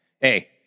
hey